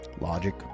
Logic